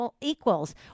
Equals